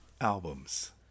albums